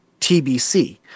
TBC